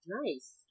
Nice